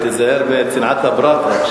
תיזהר בצנעת הפרט.